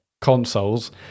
consoles